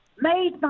made